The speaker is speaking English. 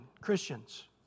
Christians